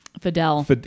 Fidel